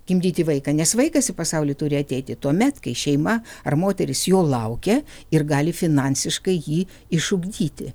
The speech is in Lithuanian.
gimdyti vaiką nes vaikas į pasaulį turi ateiti tuomet kai šeima ar moteris jo laukia ir gali finansiškai jį išugdyti